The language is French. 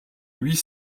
huit